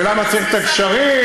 ולמה צריך את הגשרים,